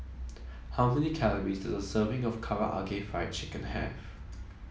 how many calories does a serving of Karaage Fried Chicken have